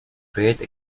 create